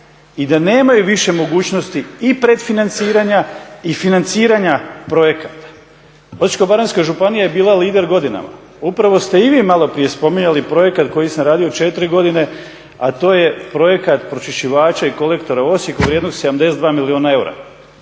i da nemaju više mogućnosti i predfinanciranja i financiranja projekata. Osječko-baranjska županija je bila lider godinama. Upravo ste i vi malo prije spomenuli projekat koji sam radio četiri godine, a to je projekat pročišćivača i kolektora u Osijeku vrijednog 72 milijuna eura.